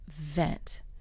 vent